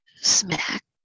smack